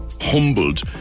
humbled